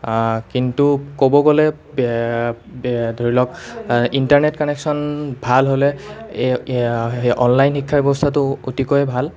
কিন্তু ক'ব গ'লে ধৰি লওক ইণ্টাৰনেট কানেকশ্ব্যন ভাল হ'লে অনলাইন শিক্ষা ব্যৱস্থাটো অতিকৈ ভাল